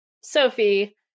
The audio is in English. sophie